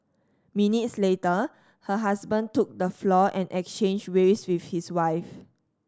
minutes later her husband took the floor and exchanged waves with his wife